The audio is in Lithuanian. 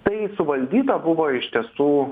tai suvaldyta buvo iš tiesų